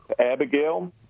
Abigail